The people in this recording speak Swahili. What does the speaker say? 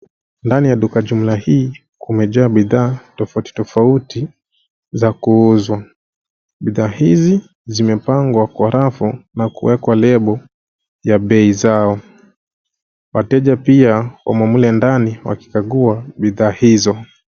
Ndani ya duka jumla hii kumejaa bidhaa tofauti tofauti za kuuzwa. Bidhaa hizi zimepangwa kwa rafu na kuwekwa lebo ya bei zao. Wateja pia wamo mle ndani wakikagua bidhaa hizo.